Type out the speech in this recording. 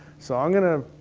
so i'm gonna.